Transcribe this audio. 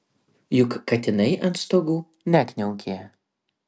juk katinai ant stogų nekniaukė